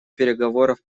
переговоров